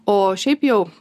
o šiaip jau